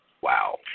Wow